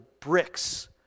bricks